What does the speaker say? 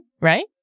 right